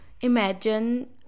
imagine